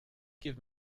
give